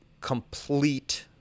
complete